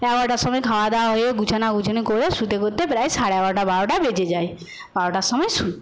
এগারোটার সময় খাওয়া দাওয়া হয়ে গুছানো গুছানি করে শুতে শুতে প্রায় সাড়ে এগারোটা বারোটা বেজে যায় বারোটার সময় শুই